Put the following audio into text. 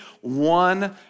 one